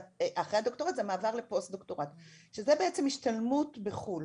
זה המעבר לפוסט דוקטורט שזו בעצם השתלמות בחו"ל.